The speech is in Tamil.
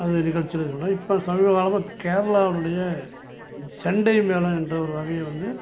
அது நிகழ்ச்சில இது பண்ணுறாங்க இப்போ சமீபகாலமாக கேரளாவினுடைய செண்டை மேளம் என்ற ஒரு வகையை வந்து